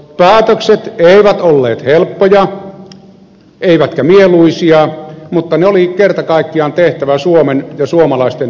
päätökset eivät olleet helppoja eivätkä mieluisia mutta ne oli kerta kaikkiaan tehtävä suomen ja suomalaisten edun turvaamiseksi